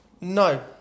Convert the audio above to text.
No